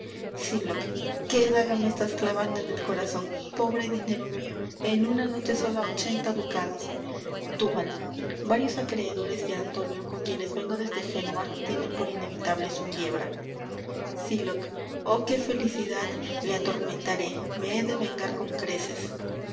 sylock qué daga me estás clavando en el corazon pobre dinero mio en una noche sola ochenta ducados túbal varios acreedores de antonio con quienes vengo desde génova tienen por inevitable su quiebra sylock oh qué felicidad le atormentaré me he de vengar con creces